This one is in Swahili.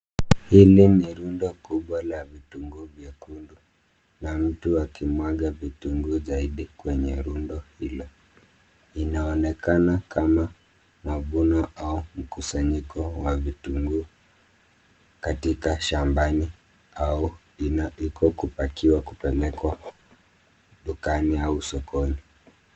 Hili ni rundo kubwa la vitunguu vyekundu na mtu akimwaga vitunguu zaidi kwenye rundo hilo. Inaonekana kama mavuno au mkusanyiko wa vitunguu katika shambani au ina iko kupakiwa kupelekwa dukani au sokoni.